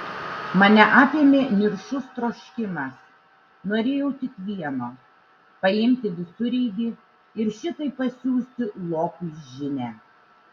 mane apėmė niršus troškimas norėjau tik vieno paimti visureigį ir šitaip pasiųsti lopui žinią